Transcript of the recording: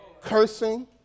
Cursing